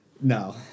No